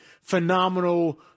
phenomenal